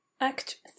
Act